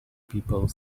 people